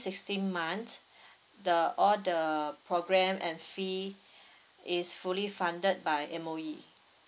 sixteen months the all the program and fee is fully funded by M_O_E